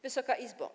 Wysoka Izbo!